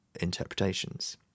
interpretations